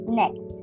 next